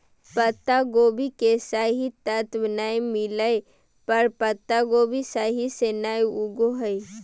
पत्तागोभी के सही तत्व नै मिलय पर पत्तागोभी सही से नय उगो हय